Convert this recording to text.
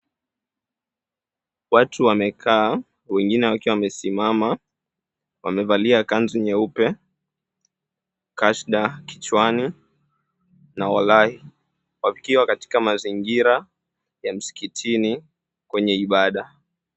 Watu wamekaa wengine wakiwa wamesimama wamevalia kanzu nyeupe kashda kichwani na walahi wakiwa katika mazingira ya msikitini kwenye ibada.